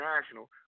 national